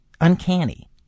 uncanny